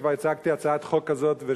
וכבר הצגתי הצעת חוק כזאת,